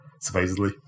supposedly